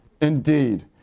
indeed